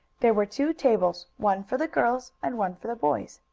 there were two tables, one for the girls and one for the boys.